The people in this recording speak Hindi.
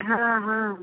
हाँ हाँ